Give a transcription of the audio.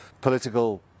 political